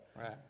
Right